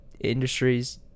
industries